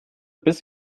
bis